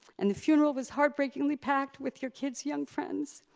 and the funeral was heart-breakingly packed with your kid's young friends.